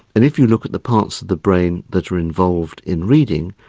and if you look at the parts of the brain that are involved in reading,